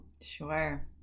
sure